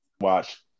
Watch